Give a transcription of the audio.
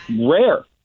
rare